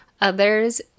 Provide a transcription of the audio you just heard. others